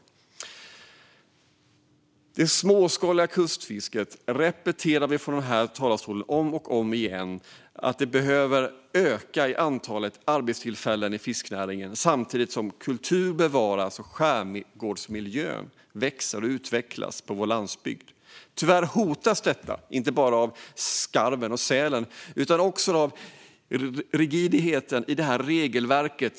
Från den här talarstolen repeterar vi om och om igen att det småskaliga kustfisket behöver öka. Därigenom ökar antalet arbetstillfällen i fiskenäringen samtidigt som kultur bevaras och skärgårdsmiljön växer och utvecklas på Sveriges landsbygd. Tyvärr hotas detta inte bara av skarv och säl utan också av rigiditeten i regelverket.